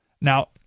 Now